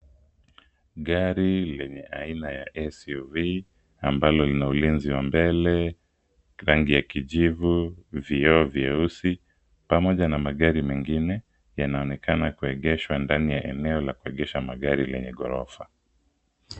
Gari lenye aina ya SUV, ambalo lina ulinzi wa mbele, rangi ya kijivu ,vioo vyeusi, pamoja na magari mengine, yanaonekana kuegeshwa ndani ya eneo la kuegesha magari lenye ghorofa.